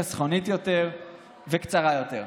חסכונית יותר וקצרה יותר.